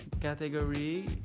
category